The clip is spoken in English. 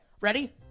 ready